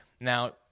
Now